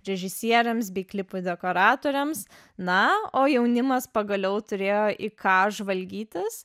režisieriams bei klipų dekoratoriams na o jaunimas pagaliau turėjo į ką žvalgytis